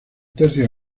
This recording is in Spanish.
tercio